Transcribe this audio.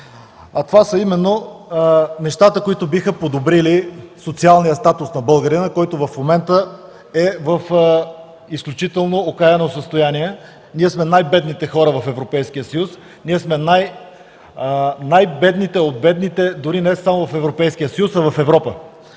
Това са именно нещата, които биха подобрили социалния статус на българина, който в момента е в изключително окаяно състояние. Ние сме най-бедните хора в Европейския съюз, ние сме най-бедните от бедните дори не само в Европейския съюз, а и в Европа.